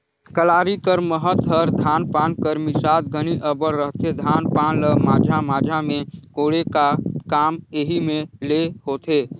कलारी कर महत हर धान पान कर मिसात घनी अब्बड़ रहथे, धान पान ल माझा माझा मे कोड़े का काम एही मे ले होथे